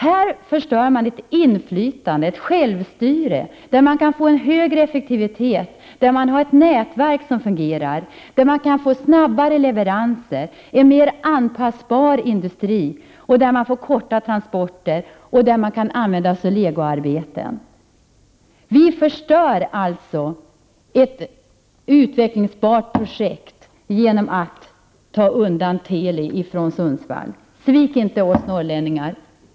Här förstörs ett inflytande, ett självstyre där man skulle kunna nå större effektivitet, där det finns ett fungerande nätverk, där det går att få fram snabba leveranser, där industrin är anpassbar, där transportsträckorna är korta och där det går att använda sig av legoarbeten. Vi förstör alltså ett utvecklingsbart projekt genom att flytta Telis verksamhet från Sundsvall. Svik inte oss norrlänningar!